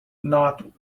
not